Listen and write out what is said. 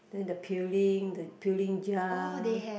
then the peeling the peeling jar